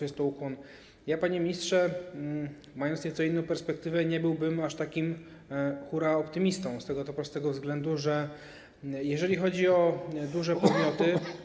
Ja, panie ministrze, mając nieco inną perspektywę, nie byłbym aż takim huraoptymistą z tego to prostego względu, że jeżeli chodzi o duże podmioty.